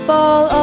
Fall